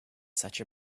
such